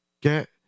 get